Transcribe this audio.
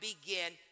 begin